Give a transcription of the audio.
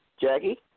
Jackie